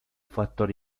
factor